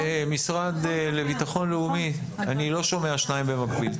המשרד לביטחון לאומי, אני לא שומע שניים במקביל.